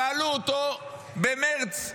שאלו אותו במרץ 2023,